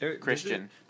christian